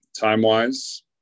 time-wise